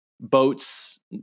boats